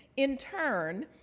in turn,